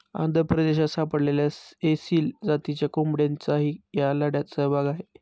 आंध्र प्रदेशात सापडलेल्या एसील जातीच्या कोंबड्यांचाही या लढ्यात सहभाग आहे